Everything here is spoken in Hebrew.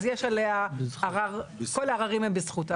אז כל העררים הם בזכות.